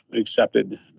accepted